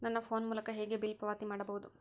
ನನ್ನ ಫೋನ್ ಮೂಲಕ ಹೇಗೆ ಬಿಲ್ ಪಾವತಿ ಮಾಡಬಹುದು?